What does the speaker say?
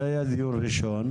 זה היה דיון ראשון,